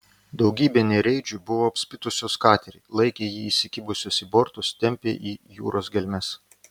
daugybė nereidžių buvo apspitusios katerį laikė jį įsikibusios į bortus tempė į jūros gelmes